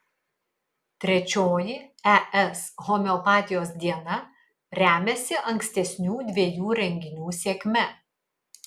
trečioji es homeopatijos diena remiasi ankstesnių dviejų renginių sėkme